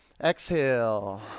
Exhale